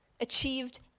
achieved